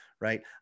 right